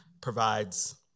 provides